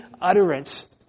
utterance